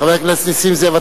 חבר הכנסת נסים זאב,